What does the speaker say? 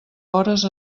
hores